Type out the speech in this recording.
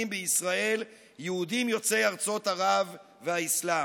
בישראל יהודים יוצאי ארצות ערב והאסלאם.